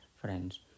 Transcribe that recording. friends